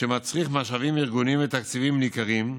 שמצריך משאבים ארגוניים ותקציביים ניכרים.